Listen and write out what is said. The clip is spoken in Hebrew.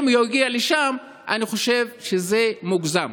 אם הוא יגיע לשם אני חושב שזה מוגזם.